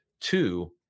Two